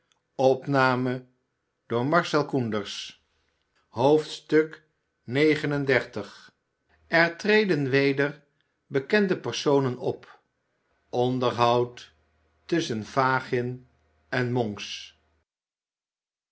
xxxix er tredfn weder bkkrnde personen opj onderhoud tusschen fagin en monks